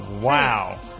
Wow